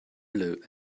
blue